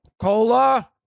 cola